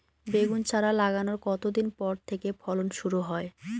বেগুন চারা লাগানোর কতদিন পর থেকে ফলন শুরু হয়?